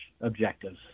objectives